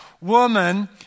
woman